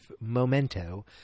memento